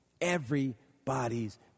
Everybody's